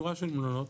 בשורה של מלונות,